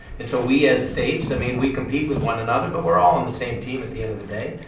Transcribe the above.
and so, we as states, i mean, we compete with one another, but we're all on the same team at the end of the day,